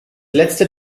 letzte